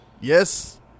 Yes